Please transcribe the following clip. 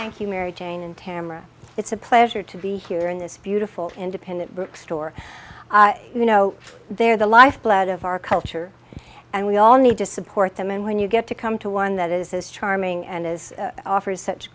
thank you mary jane and tamar it's a pleasure to be here in this beautiful independent bookstore you know they're the lifeblood of our culture and we all need to support them and when you get to come to one that is as charming and as offers such